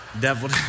Devil